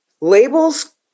Labels